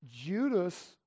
Judas